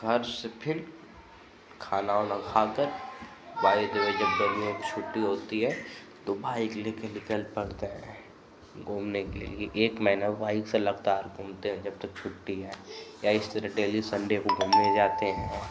घर से फिर खाना उना खाकर बाइक़ लेकर गर्मी की छुट्टी होती है तो बाइक़ लेकर निकल पड़ते हैं घूमने के लिए एक महीना बाइक़ से लगातार घूमते हैं जब तक छुट्टी है बाइक़ या इस तरह डेली सन्डे को घूमने जाते हैं